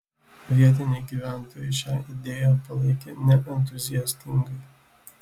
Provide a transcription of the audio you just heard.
vietiniai gyventojai šią idėją palaikė neentuziastingai